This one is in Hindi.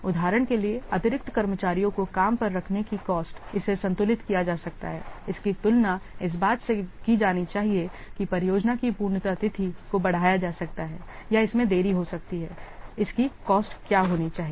उदाहरण के लिए अतिरिक्त कर्मचारियों को काम पर रखने की कॉस्ट इसे संतुलित किया जा सकता हैइसकी तुलना इस बात से की जानी चाहिए कि परियोजना की पूर्णता तिथि को बढ़ाया जा सकता है या इसमें देरी हो सकती है इसकी कॉस्ट क्या होनी चाहिए